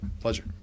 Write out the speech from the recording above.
pleasure